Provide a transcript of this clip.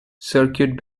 circuit